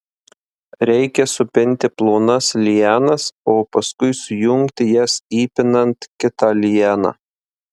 reikia supinti plonas lianas o paskui sujungti jas įpinant kitą lianą